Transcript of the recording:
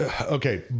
Okay